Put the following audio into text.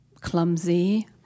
clumsy